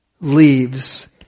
leaves